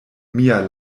mia